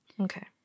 Okay